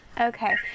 Okay